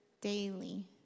daily